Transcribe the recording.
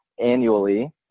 annually